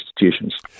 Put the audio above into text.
institutions